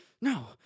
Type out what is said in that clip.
No